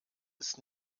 ist